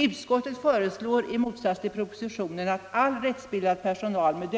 Utskottet föreslår i motsats till propositionen att all rättsbildad personal